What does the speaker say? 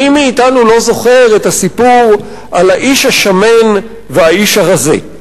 מי מאתנו לא זוכר את הסיפור על האיש השמן והאיש הרזה?